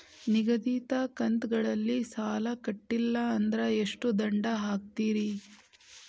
ನಿಗದಿತ ಕಂತ್ ಗಳಲ್ಲಿ ಸಾಲ ಕಟ್ಲಿಲ್ಲ ಅಂದ್ರ ಎಷ್ಟ ದಂಡ ಹಾಕ್ತೇರಿ?